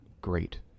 great